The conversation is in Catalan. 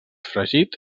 fregit